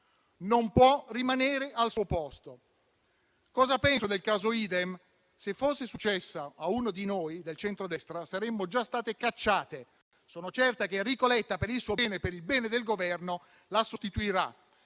non può rimanere al suo posto. «Cosa penso del caso Idem? Se fosse successo a una di noi del centrodestra, saremmo già state cacciate. Sono certa che Enrico Letta per il suo bene e per il bene del Governo la sostituirà».